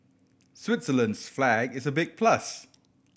Switzerland's flag is a big plus